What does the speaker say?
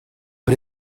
but